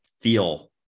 feel